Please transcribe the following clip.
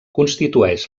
constitueix